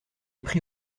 pris